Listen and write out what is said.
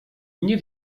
nie